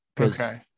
Okay